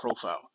profile